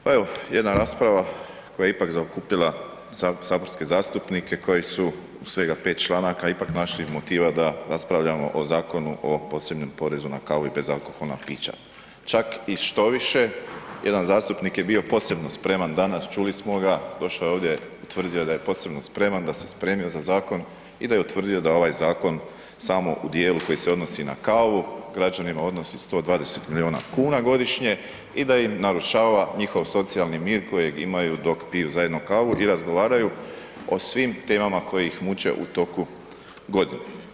Pa evo jedna rasprava koja je ipak zaokupila saborske zastupnike koji su u svega 5 članaka ipak našli motiva da raspravljamo o Zakonu o posebnom porezu na kavu i bezalkoholna pića čak i štoviše, jedan zastupnik je bio posebno spreman danas, čuli smo ga, došao je ovdje, utvrdio da je posebno spreman, da se spremio za zakon i da je utvrdio da ovaj zakon samo u djelu koji se odnosi na kavu, građanima odnosi 120 milijuna kuna godišnje i da im narušava njihov socijalni mir kojeg imaju dok piju zajedno kavu i razgovaraju o svim temama koje ih muče u toku godine.